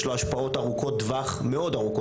יש לו השפעות מאוד ארוכות טווח וישראל